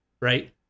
right